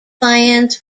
plans